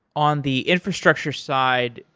on the infrastructure side,